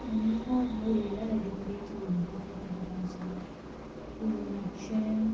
आनी होय हांव उलयलां ताजे कडेन तो उलोवपाक तसो बरो आसा पूण मातशें